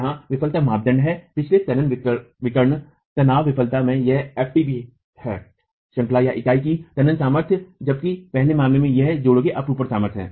यहाँ विफलता मानदंड है पिछले तनन विकर्ण तनाव विफलता में यह fbt है श्रंखलाइकाई की तनन सामर्थ्य जबकि पहले मामले में यह जोड़ों की अपरूपण सामर्थ्य है